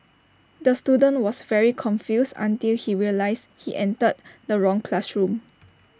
the student was very confused until he realised he entered the wrong classroom